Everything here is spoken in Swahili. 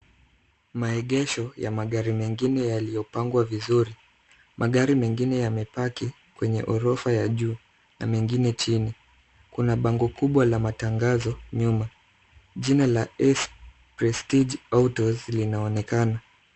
Maegesho ya magari mengine yaliyopangwa vizuri. Magari mengine yamepaki kwenye ghorofa ya juu na mengine chini. Kuna bango kubwa la matangazo nyuma. Jina la Ace prestige Autos linaonekana.